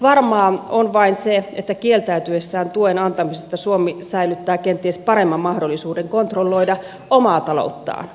varmaa on vain se että kieltäytyessään tuen antamisesta suomi säilyttää kenties paremman mahdollisuuden kontrolloida omaa talouttaan